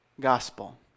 gospel